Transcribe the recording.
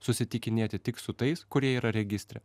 susitikinėti tik su tais kurie yra registre